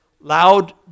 loud